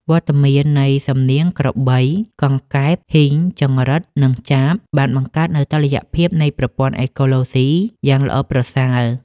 វត្តមាននៃសំនៀងក្របី កង្កែប ហ៊ីង ចង្រិត និងចាប បានបង្កើតនូវតុល្យភាពនៃប្រព័ន្ធអេកូឡូស៊ីយ៉ាងល្អប្រសើរ។